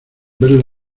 verle